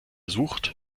sucht